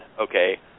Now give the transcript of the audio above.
okay